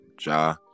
Ja